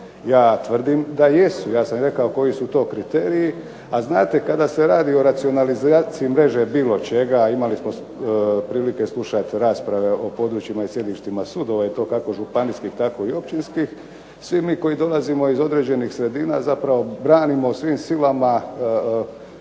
Ja tvrdim da jesu. Ja sam rekao koji su to kriteriji. A znate, kada se radi o racionalizaciji mreže bilo čega, a imali smo prilike slušat rasprave o područjima i sjedištima sudova i to kako županijskih tako i općinskih, svi mi koji dolazimo iz određenih sredina zapravo branimo svim silama